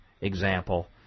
example